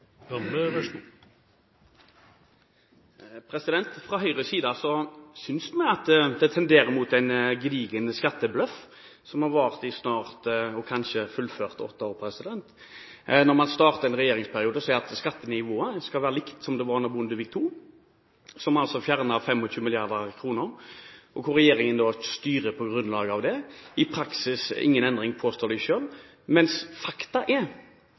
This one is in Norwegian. Høyres side synes vi det tenderer til en gedigen skattebløff, som har vart i snart åtte år, og som kanskje vil fullføres. Man startet en regjeringsperiode med å si at skattenivået skulle være likt som under Bondevik II-regjeringen, som fjernet 25 mrd. kr, og regjeringen styrer på grunnlag av det. I praksis er det ingen endring, påstår de selv. Men faktum er at aldri har nordmenn betalt mer i skatter og avgifter enn nå under Stoltenberg-regjeringen. Det er